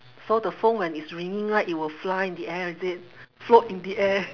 so the phone when it's ringing right it will fly in the air is it float in the air